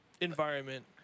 environment